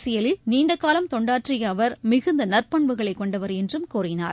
அரசியலில் நீண்டகாலம் தொண்டாற்றிய அவர் மிகுந்த நற்பண்புகளை கொண்டவர் என்றும் கூறினார்